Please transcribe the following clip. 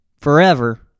forever